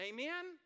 Amen